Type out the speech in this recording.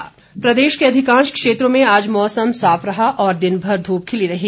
मौसम प्रदेश के अधिकांश क्षेत्रों में आज मौसम साफ रहा और दिनभर ध्रूप खिली रही